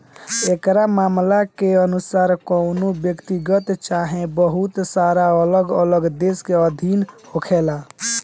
एकरा मामला के अनुसार कवनो व्यक्तिगत चाहे बहुत सारा अलग अलग देश के अधीन होखेला